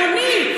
אדוני,